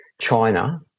China